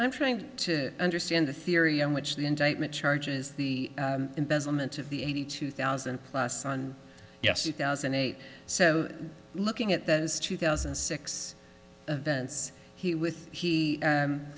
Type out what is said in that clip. i'm trying to understand the theory in which the indictment charges the investment of the eighty two thousand plus on yes two thousand and eight so looking at those two thousand and six events he with he